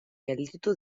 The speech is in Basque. gelditu